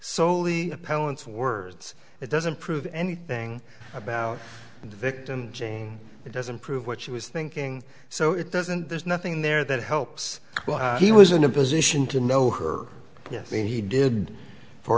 solely appellants words it doesn't prove anything about the victim jane it doesn't prove what she was thinking so it doesn't there's nothing there that helps well he was in a position to know her yes and he did for